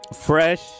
Fresh